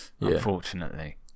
unfortunately